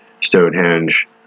Stonehenge